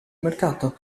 mercato